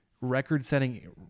Record-setting